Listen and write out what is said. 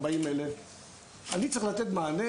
1:40,000. אני צריך לתת מענה,